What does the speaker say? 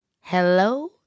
Hello